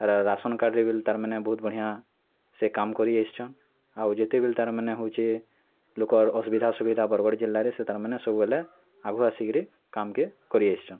ration କାର୍ଡ଼ରେ ବିଲ୍ ତା'ର୍ ମାନେ ବହୁ ବଢ଼ିଆ ସେ କାମ୍ କରି ଆସିଛନ୍ ଆଉ ଯେତେବେଲେ ତା'ର୍ ମାନେ ହଉଛେ ଲୋକର ଅସୁବିଧା ସୁବିଧା ବରଗଡ଼ ଜିଲ୍ଲାରେ ସିଏ ତା'ର୍ ମାନେ ସବୁବେଲେ ଆଘୁଆ ଆସିକିରି କାମ୍ କେ କରି ଆସିଛନ୍